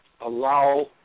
allow